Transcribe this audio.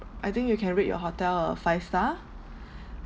I think you can rate your hotel a five star